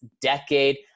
decade